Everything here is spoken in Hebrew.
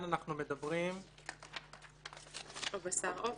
גם בשר עוף.